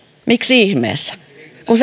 miksi ihmeessä kun